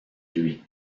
lui